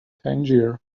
tangier